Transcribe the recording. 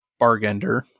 Bargender